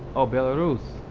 oh, belaruss!